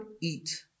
eat